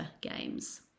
Games